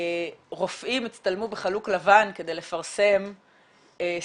רופאים הצטלמו בחלוק לבן כדי לפרסם סיגריות